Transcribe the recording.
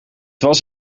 was